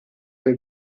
per